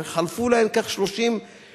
וחלפו להן כך 30 שנה,